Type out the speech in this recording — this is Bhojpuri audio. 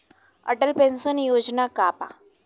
अटल पेंशन योजना का बा?